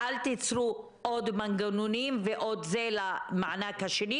אל תיצרו עוד מנגנונים למענק השני.